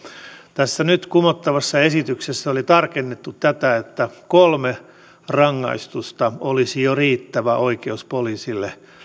tässä nyt kumottavassa esityksessä oli tarkennettu tätä niin että kolme rangaistusta olisi jo riittävä oikeutus poliisille